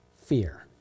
fear